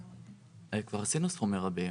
כבר עשינו סכום מרבי.